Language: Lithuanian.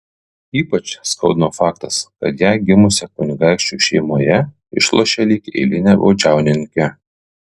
ypač skaudino faktas kad ją gimusią kunigaikščių šeimoje išlošė lyg eilinę baudžiauninkę